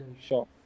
Sure